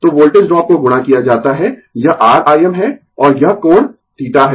तो voltage drop को गुणा किया जाता है यह R Im है और यह कोण θ है